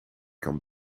kan